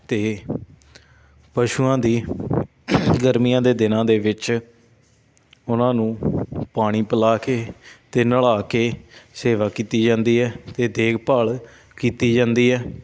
ਅਤੇ ਪਸ਼ੂਆਂ ਦੀ ਗਰਮੀਆਂ ਦੇ ਦਿਨਾਂ ਦੇ ਵਿੱਚ ਉਹਨਾਂ ਨੂੰ ਪਾਣੀ ਪਿਲਾ ਕੇ ਅਤੇ ਨਲਾ ਕੇ ਸੇਵਾ ਕੀਤੀ ਜਾਂਦੀ ਹੈ ਅਤੇ ਦੇਖਭਾਲ ਕੀਤੀ ਜਾਂਦੀ ਹੈ